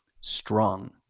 strong